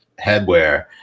headwear